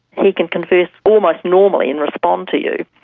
and he can converse almost normally and respond to you,